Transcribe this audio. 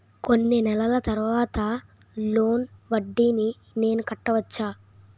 కొన్ని నెలల తర్వాత లోన్ వడ్డీని నేను కట్టవచ్చా?